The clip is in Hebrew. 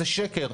זה שקר.